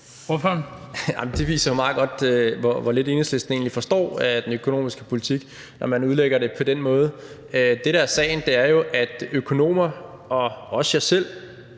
Det viser jo meget godt, hvor lidt Enhedslisten egentlig forstår af den økonomiske politik, når man udlægger det på den måde. Det, der er sagen, er jo, at økonomer og også jeg selv